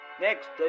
Next